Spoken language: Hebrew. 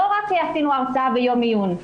לא רק להגיד: עשינו הרצאה ויום עיון.